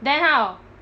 then how